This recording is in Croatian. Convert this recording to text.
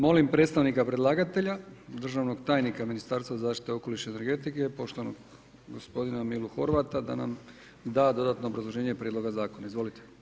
Molim predstavnika predlagatelja, državnog tajnika Ministarstva zaštite okoliša i energetike poštovanog gospodina Milu Horvata da nam da dodatno obrazloženje prijedloga zakona, izvolite.